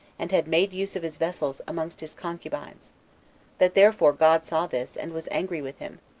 and had made use of his vessels amongst his concubines that therefore god saw this, and was angry with him,